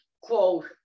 quote